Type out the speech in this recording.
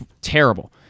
terrible